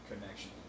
connection